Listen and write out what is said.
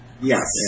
Yes